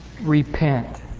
repent